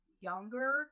younger